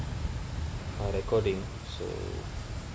our recording